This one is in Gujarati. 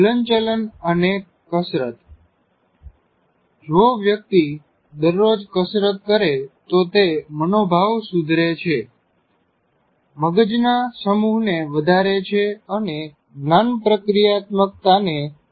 હલનચલન અને કસરત જો વ્યકિત દરરોજ કસરત કરે તો તે મનોભાવ સુધરે છે મગજના સમૂહને વધારે છે અને જ્ઞાન પ્રક્રિયાતમક્તાને વધારે છે